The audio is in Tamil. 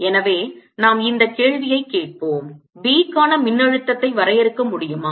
எனவே நாம் இந்த கேள்வியைக் கேட்போம் B க்கான மின்னழுத்தத்தை வரையறுக்க முடியுமா